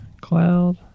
Cloud